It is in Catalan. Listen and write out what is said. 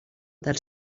dels